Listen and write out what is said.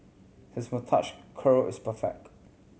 his moustache curl is perfect